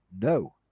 No